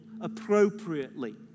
appropriately